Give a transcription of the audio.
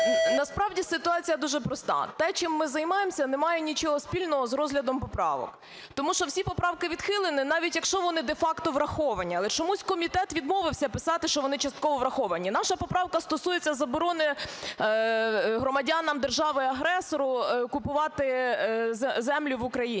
Насправді ситуація дуже проста. Те, чим ми займаємося, немає нічого спільного з розглядом поправок. Тому що всі поправки відхилені, навіть якщо вони де-факто враховані. Але чомусь комітет відмовився писати, що вони частково враховані. Наша поправка стосується заборони громадянам держави-агресора купувати землю в Україні.